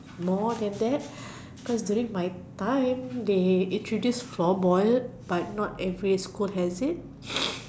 more than that cause during my time they introduced floorball but not every school has it